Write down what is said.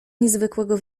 niezwykłego